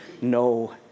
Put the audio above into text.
no